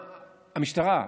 המשטרה,